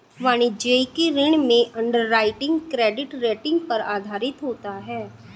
वाणिज्यिक ऋण में अंडरराइटिंग क्रेडिट रेटिंग पर आधारित होता है